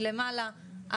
מלמעלה,